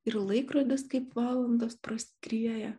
ir laikrodis kaip valandos praskrieja